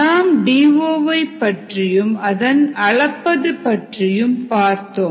நாம் D O வை பற்றியும் அதை அளப்பது பற்றியும் பார்த்தோம்